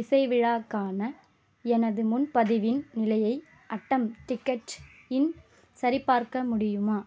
இசை விழாக்கான எனது முன்பதிவின் நிலையை அட்டம் டிக்கெட்ஸ் இன் சரிபார்க்க முடியுமா